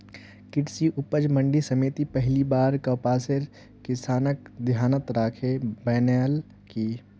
कृषि उपज मंडी समिति पहली बार कपासेर किसानक ध्यानत राखे बनैयाल की